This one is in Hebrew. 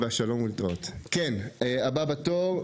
הבא בתור,